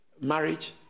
marriage